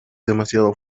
demasiado